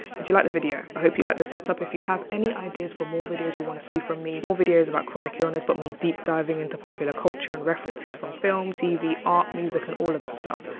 did you like the video? i hope you like the setup if you have any ideas for more videos you want to see from me more videos about chronic illness but me deep diving into popular culture and references from film tv, art, music and all of that stuff.